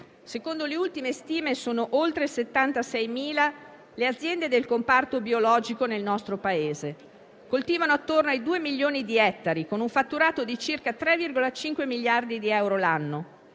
Secondo le ultime stime, sono oltre 76.000 le aziende del comparto biologico nel nostro Paese; coltivano attorno ai due milioni di ettari, con un fatturato di circa 3,5 miliardi di euro l'anno.